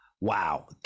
Wow